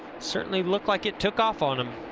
certainly looks like it took off on him.